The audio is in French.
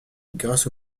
grâce